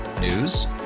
News